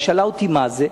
היא שאלה אותי מה זה,